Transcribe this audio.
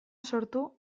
sortu